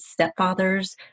stepfathers